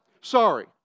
Sorry